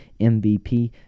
MVP